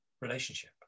relationship